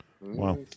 Wow